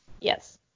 Yes